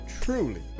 truly